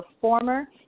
former